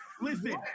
listen